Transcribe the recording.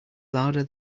louder